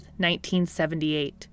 1978